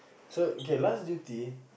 so okay last duty